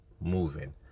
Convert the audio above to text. moving